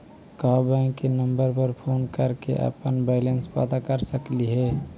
का बैंक के नंबर पर फोन कर के अपन बैलेंस पता कर सकली हे?